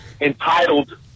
entitled